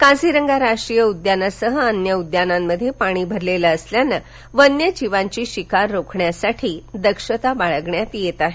काझीरंगा राष्टीय उद्यानासह अन्य उद्यानात पाणी भरलेलं असल्यानं वन्य जीवांची शिकार रोखण्यासाठी दक्षता बाळगण्यात येत आहे